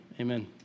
Amen